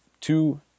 two